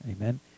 Amen